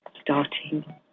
starting